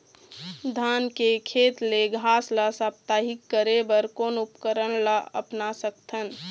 धान के खेत ले घास ला साप्ताहिक करे बर कोन उपकरण ला अपना सकथन?